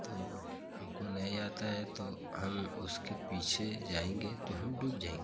तो हमको नहीं आता है तो हम उसके पीछे जाएँगे तो हम डूब जाएँगे